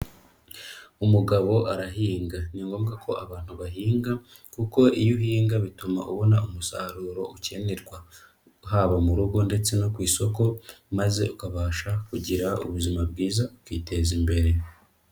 Umugabo arahinga. Ni ngombwa ko abantu bahinga kuko iyo uhinga bituma ubona umusaruro ukenerwa. Haba mu rugo ndetse no ku isoko maze ukabasha kugira ubuzima bwiza, ukiteza imbere.